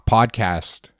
Podcast